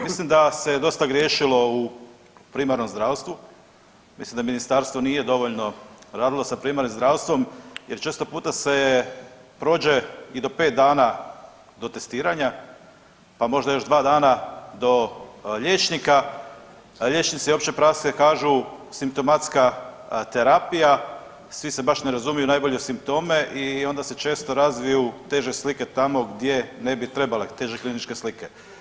Mislim da se dosta griješilo u primarnom zdravstvu, mislim da Ministarstvo nije radilo sa primarnim zdravstvom jer često puta se je prođe i do 5 dana do testiranja, pa možda još 2 dana do liječnika, a liječnici opće prakse kažu, simptomatska terapija, svi se baš ne razumiju najbolje u simptome i onda se često razviju teže slike tamo gdje ne bi trebale, teže kliničke slike.